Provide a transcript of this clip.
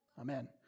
Amen